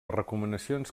recomanacions